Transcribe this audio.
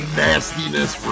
nastiness